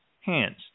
hands